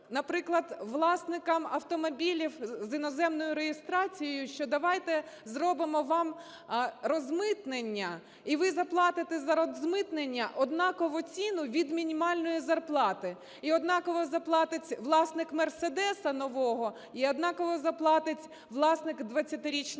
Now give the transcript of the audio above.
наприклад, власникам автомобілів з іноземною реєстрацією, що давайте зробимо вам розмитнення і ви заплатите за розмитнення однаково ціну від мінімальної зарплати, і однаково заплатить власник "Мерседеса" нового, і однаково заплатить власник 20-річної